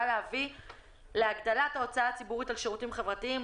להביא להגדלת ההוצאה הציבורית על שירותים חברתיים,